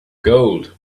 gold